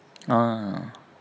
ah